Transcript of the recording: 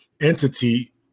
entity